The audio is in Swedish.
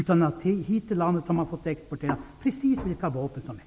Till Sverige har man fått exportera vilka vapen som helst.